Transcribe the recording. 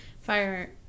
fire